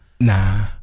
nah